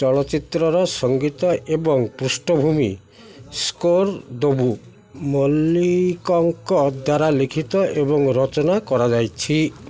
ଚଳଚ୍ଚିତ୍ରର ସଂଗୀତ ଏବଂ ପୃଷ୍ଠଭୂମି ସ୍କୋର ଦବୁ ମଲିକଙ୍କ ଦ୍ୱାରା ଲିଖିତ ଏବଂ ରଚନା କରାଯାଇଛି